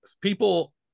people